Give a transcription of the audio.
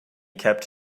kept